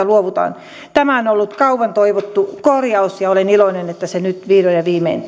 luovutaan tämä on ollut kauan toivottu korjaus ja olen iloinen että se nyt vihdoin ja viimein